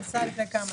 משמעותית.